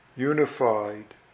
Unified